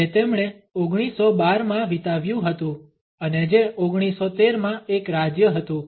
જે તેમણે 1912 માં વિતાવ્યું હતું અને જે 1913 માં એક રાજ્ય હતું